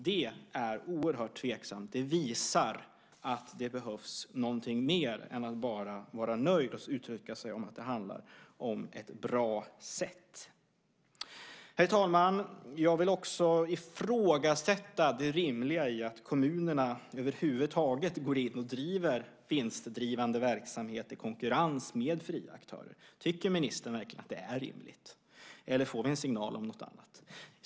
Det är oerhört tveksamt. Det visar att det behövs någonting mer än att bara vara nöjd och uttrycka att det handlar om ett bra sätt. Herr talman! Jag vill också ifrågasätta det rimliga i att kommunerna över huvud taget går in och driver vinstdrivande verksamhet i konkurrens med fria aktörer. Tycker ministern verkligen att det är rimligt? Eller får vi en signal om något annat?